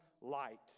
light